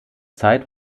zeit